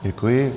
Děkuji.